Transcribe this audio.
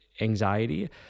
anxiety